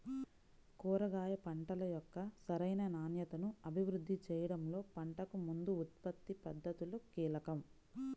కూరగాయ పంటల యొక్క సరైన నాణ్యతను అభివృద్ధి చేయడంలో పంటకు ముందు ఉత్పత్తి పద్ధతులు కీలకం